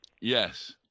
Yes